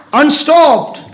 unstopped